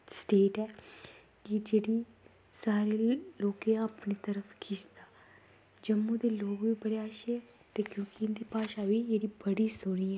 state ऐ की जेह्ड़ी सारें लोकें ई अपनी तरफ खिच्चदा जम्मू दे लोग बड़े अच्छे ते क्योंकि इंदी भाशा ई बड़ी सोह्नी ऐ